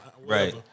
Right